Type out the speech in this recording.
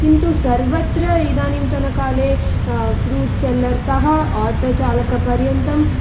किन्तु सर्वत्र इदानीन्तनकाले फ्रूट्स् सेल्लर् तः ओटो चालक पर्यन्तं